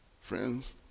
Friends